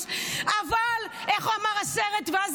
-- ואם